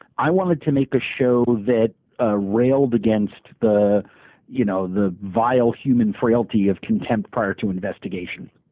i wanted to make a show that ah railed against the you know the vile human frailty of contempt prior to investigation.